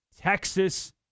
Texas